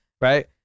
right